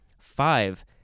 Five